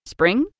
Spring